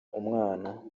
umwana